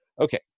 Okay